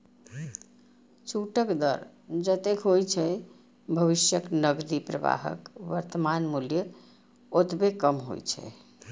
छूटक दर जतेक होइ छै, भविष्यक नकदी प्रवाहक वर्तमान मूल्य ओतबे कम होइ छै